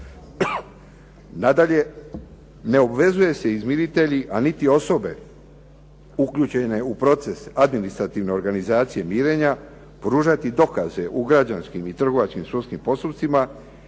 Nadalje, ne obvezuju se izmiritelji a niti osobe uključene u proces administrativne organizacije mirenja pružati dokaze u građanskim i trgovačkim sudskim postupcima